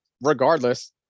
regardless